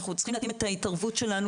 אנחנו צריכים להתאים את ההתערבות שלנו